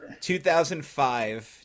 2005